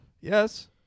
Yes